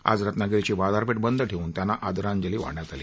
आज रत्नागिरीची बाजारपेठ बंद ठेवून त्यांना आदरांजली वाहण्यात आली